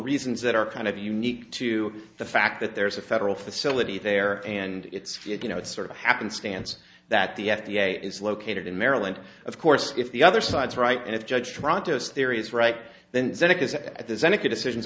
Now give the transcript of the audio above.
reasons that are kind of unique to the fact that there's a federal facility there and it's you know it's sort of happenstance that the f d a is located in maryland of course if the other side's right and if judge trados theory is right then that is at the seneca decisions